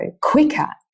quicker